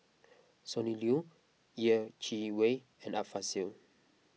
Sonny Liew Yeh Chi Wei and Art Fazil